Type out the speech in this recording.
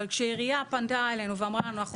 אבל כשעירייה פנתה אלינו ואמרה לנו: אנחנו